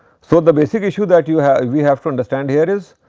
so, the basic issue that you have we have to understand here is,